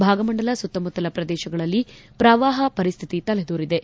ಭಾಗಮಂಡಲ ಸುತ್ತಮುತ್ತಲಿನ ಪ್ರದೇಶಗಳಲ್ಲಿ ಶ್ರವಾಹ ಪರಿಸ್ಥತಿ ತಲೆದೋರಿದೆ